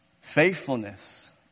faithfulness